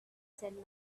said